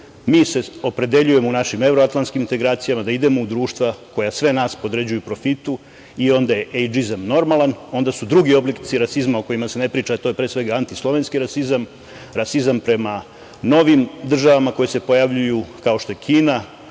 Mi se opredeljujemo u našim evroatlanskim integracijama da idemo u društva koja sve nas podređuju profitu i onda je ejdžizam normalan, onda su drugi oblici rasizma o kojima se ne priča, a to je pre svega antislovenski rasizam, rasizam prema novim državama koje se pojavljuju, kao što je Kina,